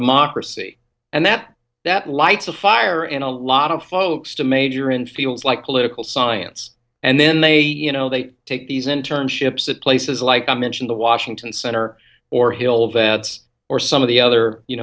democracy and that that lights a fire in a lot of folks to major in fields like political science and then they you know they take these in turn ships at places like i mentioned the washington center or hill vets or some of the other you